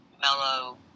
Mellow